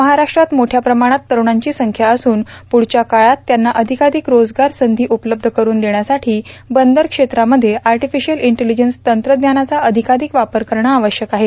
महाराष्ट्रात मोठ्या प्रमाणात तरूणांची संख्या असून प्रढच्या काळात त्यांना अधिकाधिक रोजगार संधी उपलब्ध करून देण्यासाठी बंदर क्षेत्रामध्ये आर्टिफिशियल इंटिलिजन्स तंत्रज्ञानाचा अधिकाधिक वापर करणं आवश्यक आहे